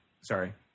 sorry